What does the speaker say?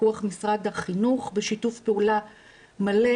פיקוח משרד החינוך בשיתוף פעולה מלא,